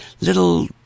little